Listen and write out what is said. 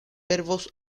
verbos